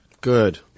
Good